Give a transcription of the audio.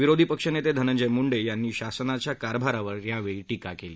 विरोधी पक्षनेते धनंजय मुंडे यांनी शासनाच्या कारभारावर टीका केली